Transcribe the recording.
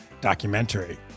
documentary